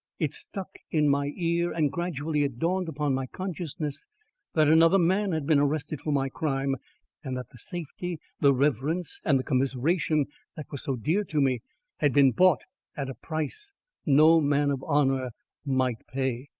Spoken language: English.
it stuck in my ear and gradually it dawned upon my consciousness that another man had been arrested for my crime and that the safety, the reverence and the commiseration that were so dear to me had been bought at a price no man of honour might pay.